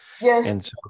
yes